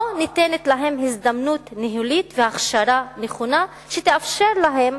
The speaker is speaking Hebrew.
לא ניתנת להם הזדמנות ניהולית והכשרה נכונה שתאפשר להם,